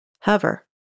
Hover